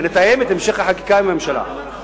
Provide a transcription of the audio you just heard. ונתאם את המשך החקיקה עם הממשלה.